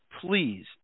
please